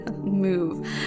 move